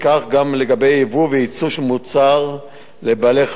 וכך גם לגבי ייבוא וייצוא של מוצר לבעלי-חיים